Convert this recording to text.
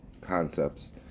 concepts